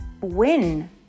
win